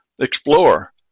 explore